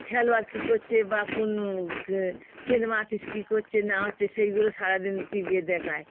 খেলোয়াড় কী করছে বা কোন সিনেমা আর্টিস্ট কী করছে না হচ্ছে সেইগুলো সারাদিন টি ভিতে দেখায়